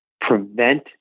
prevent